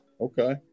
Okay